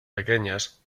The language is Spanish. pequeñas